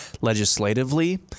legislatively